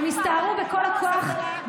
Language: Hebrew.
הם הסתערו בכל הכוח,